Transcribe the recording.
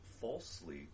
falsely